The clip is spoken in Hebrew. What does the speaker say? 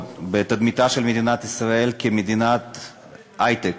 בתדמיתה של מדינת ישראל כמדינת היי-טק,